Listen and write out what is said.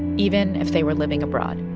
even if they were living abroad.